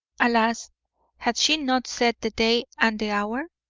alas! had she not set the day and the hour?